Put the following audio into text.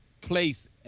place